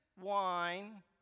wine